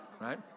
right